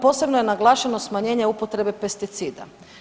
Posebno je naglašeno smanjenje upotrebe pesticida.